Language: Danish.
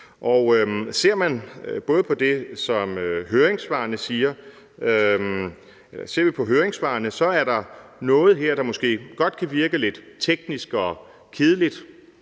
Og ser man både på det og så det, som høringssvarene siger, så er der noget her, der måske godt kan virke lidt teknisk og kedeligt